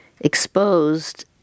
exposed